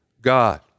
God